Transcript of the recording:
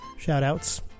Shoutouts